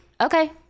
okay